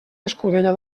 escudella